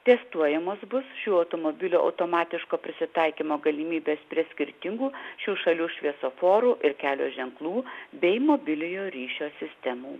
testuojamos bus šių automobilių automatiško prisitaikymo galimybės prie skirtingų šių šalių šviesoforų ir kelio ženklų bei mobiliojo ryšio sistemų